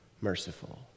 Merciful